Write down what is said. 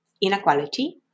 Inequality